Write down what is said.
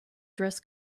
dress